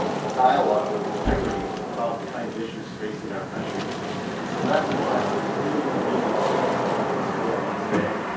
dialogue with integrity about the kind of issues facing our country and so that's why i'm really, really pleased with this forum today.